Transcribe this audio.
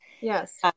Yes